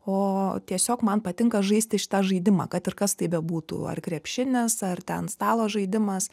o tiesiog man patinka žaisti šitą žaidimą kad ir kas tai bebūtų ar krepšinis ar ten stalo žaidimas